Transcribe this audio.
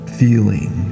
feeling